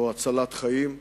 זו הצלת חיים,